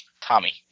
Tommy